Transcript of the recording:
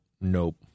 nope